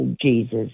Jesus